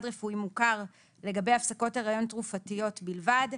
רפואי מוכר לגבי הפסקות הריון תרופתיות בלבד,